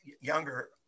younger